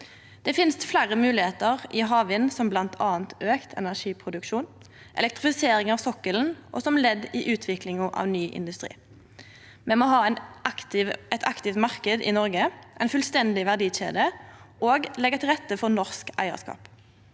Det finst fleire moglegheiter i havvind, som bl.a. auka energiproduksjon, elektrifisering av sokkelen og som ledd i utviklinga av ny industri. Me må ha ein aktiv marknad i Noreg, ei fullstendig verdikjede og leggje til rette for norsk eigarskap.